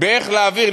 איך להעביר,